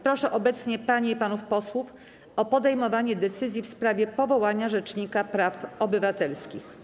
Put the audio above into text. Proszę obecnie panie i panów posłów o podejmowanie decyzji w sprawie powołania rzecznika praw obywatelskich.